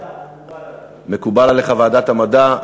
מקובל עליך ועדת המדע.